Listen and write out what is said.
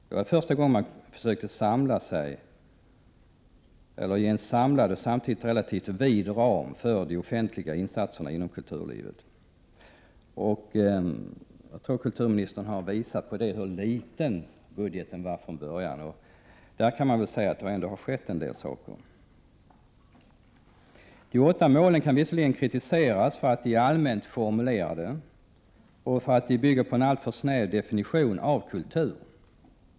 Det var första gången man försökte ge en samlad och samtidigt relativt vid ram för de offentliga insatserna inom kulturlivet. Jag tror att kulturministern har visat på hur liten budgeten var från början. Där kan man säga att det har skett en hel del saker. De åtta målen kan visserligen kritiseras för att de är allmänt formulerade och för att de bygger på en alltför snäv definition av kultur.